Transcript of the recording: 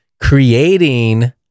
creating